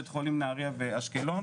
בית חולים בנהריה ובאשקלון.